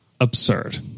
absurd